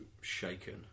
shaken